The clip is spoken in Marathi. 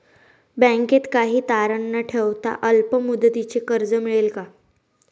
बँकेत काही तारण न ठेवता अल्प मुदतीचे कर्ज मिळेल का?